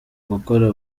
gukora